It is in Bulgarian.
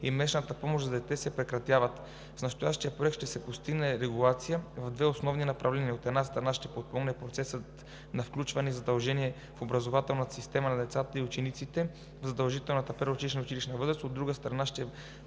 и месечната помощ за дете се прекратяват. С настоящия проект ще се постигне регулация в две основни направления. От една страна, ще се подпомогне процесът на включване и задържане в образователната система на децата и учениците в задължителната предучилищна и училищна възраст. От друга страна, ще